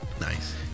nice